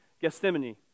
Gethsemane